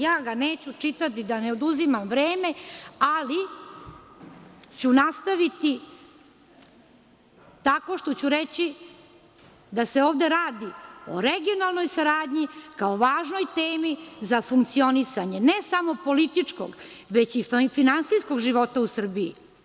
Ja ga neću čitati, da ne oduzimam vreme, ali ću nastaviti tako što ću reći da se ovde radi o regionalnoj saradnji, kao važnoj temi za funkcionisanje ne samo političkog, već i finansijskog života u Srbiji.